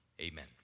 amen